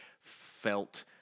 felt